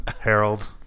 Harold